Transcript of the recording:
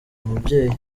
umubyeyi